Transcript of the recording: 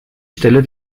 stelle